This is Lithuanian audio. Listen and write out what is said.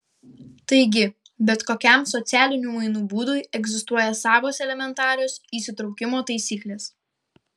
taigi bet kokiam socialinių mainų būdui egzistuoja savos elementarios įsitraukimo taisyklės